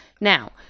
Now